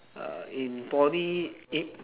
uh in poly eh